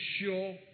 sure